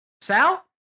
Sal